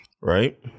right